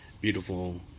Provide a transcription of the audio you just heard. Beautiful